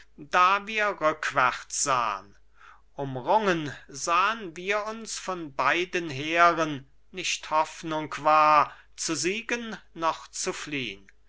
da wir rückwärts sahn umrungen sahn wir uns von beiden heeren nicht hoffnung war zu siegen noch zu fliehn